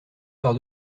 par